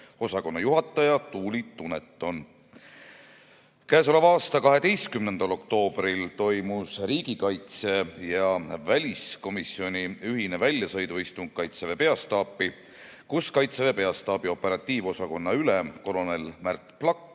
osakonna juhataja Tuuli Duneton. Käesoleva aasta 12. oktoobril toimus riigikaitse- ja väliskomisjoni ühine väljasõiduistung Kaitseväe peastaapi, kus Kaitseväe peastaabi operatiivosakonna ülem kolonel Märt Plakk